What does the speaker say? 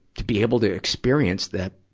to be able to experience that,